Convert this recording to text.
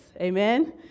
Amen